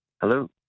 Hello